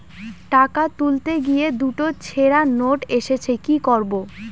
টাকা তুলতে গিয়ে দুটো ছেড়া নোট এসেছে কি করবো?